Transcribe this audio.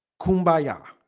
kumbaya ah